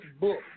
book